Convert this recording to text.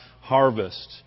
harvest